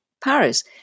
Paris